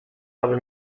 aby